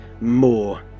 more